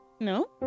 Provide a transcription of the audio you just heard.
No